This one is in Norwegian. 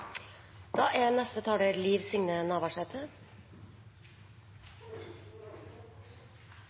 Da har representanten Liv Signe Navarsete